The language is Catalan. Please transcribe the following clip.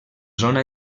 zona